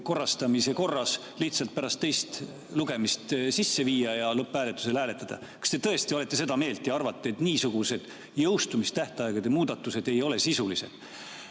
korrastamise korras pärast teist lugemist sisse viia ja lõpphääletusel hääletada? Kas te tõesti olete Riigikogu esimehena seda meelt ja arvate, et niisugused jõustumistähtaegade muudatused ei ole sisulised?